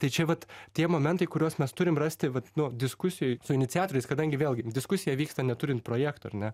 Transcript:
tai čia vat tie momentai kuriuos mes turim rasti vat nu diskusijoj su iniciatoriais kadangi vėlgi diskusija vyksta neturint projekto ar ne